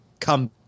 come